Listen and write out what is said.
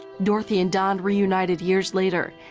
dorothy and don reunited years later.